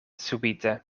subite